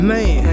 Man